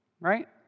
Right